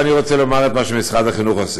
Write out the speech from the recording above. ואני רוצה לומר את מה שמשרד החינוך עושה.